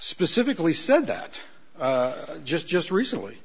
specifically said that just just recently